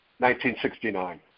1969